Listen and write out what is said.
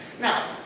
Now